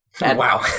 Wow